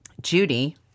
Judy